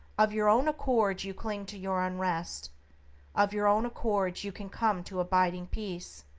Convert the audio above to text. of your own accord you cling to your unrest of your own accord you can come to abiding peace.